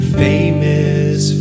famous